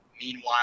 meanwhile